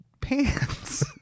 pants